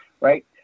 right